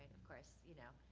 of course, you know,